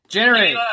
Generate